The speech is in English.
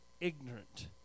ignorant